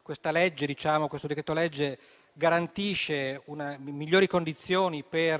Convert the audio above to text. esame, pertanto, garantisce migliori condizioni per